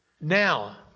Now